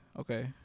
okay